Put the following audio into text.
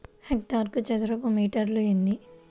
హెక్టారుకు చదరపు మీటర్లు ఎన్ని?